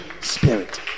Spirit